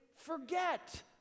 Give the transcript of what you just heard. forget